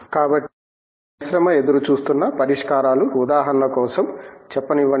కాబట్టి ఇవి పరిశ్రమ ఎదురుచూస్తున్న పరిష్కారాలు ఉదాహరణ కోసం చెప్పనివ్వండి